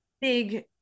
big